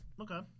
Okay